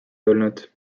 tulnud